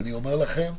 ואני אומר לכם,